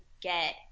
get